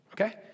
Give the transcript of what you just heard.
okay